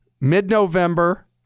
mid-November